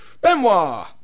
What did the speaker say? Benoit